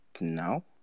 now